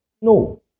No